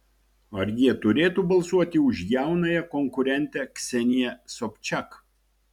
ar jie turėtų balsuoti už jaunąją konkurentę kseniją sobčiak